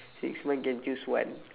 six month can choose one